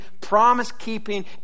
promise-keeping